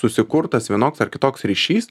susikurtas vienoks ar kitoks ryšys